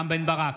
רם בן ברק,